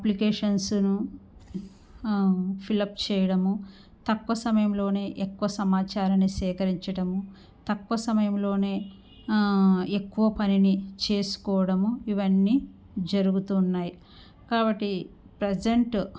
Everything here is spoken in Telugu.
అప్లికేషన్స్ను ఫిలప్ చేయడము తక్కువ సమయంలోనే ఎక్కువ సమాచారాన్ని సేకరించడము తక్కువ సమయంలోనే ఎక్కువ పనిని చేసుకోవడము ఇవన్నీ జరుగుతున్నాయి కాబట్టి ప్రజెంట్